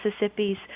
Mississippi's